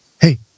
hey